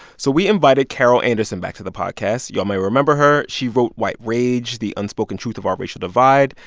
so we invited carol anderson back to the podcast. y'all may remember her. she wrote white rage the unspoken truth of our racial divide.